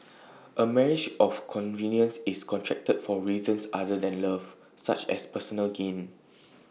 A marriage of convenience is contracted for reasons other than love such as personal gain